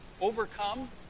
Overcome